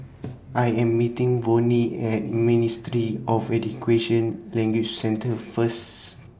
I Am meeting Vonnie At Ministry of Language Center First